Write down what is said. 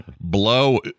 Blow